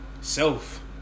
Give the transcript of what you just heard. Self